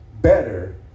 better